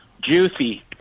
juicy